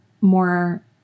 more